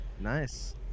Nice